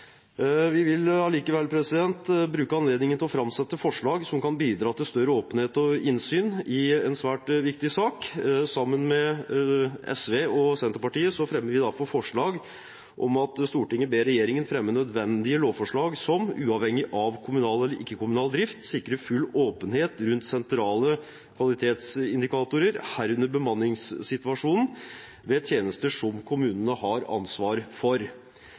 Vi vil allikevel bruke anledningen til å framsette et forslag som kan bidra til større åpenhet og innsyn i en svært viktig sak. Sammen med SV og Senterpartiet fremmer vi derfor følgende forslag: «Stortinget ber regjeringen fremme nødvendige lovforslag som, uavhengig av kommunal eller ikke-kommunal drift, sikrer full åpenhet rundt sentrale kvalitetsindikatorer, herunder bemanningssituasjonen, ved tjenester kommunene har ansvaret for.»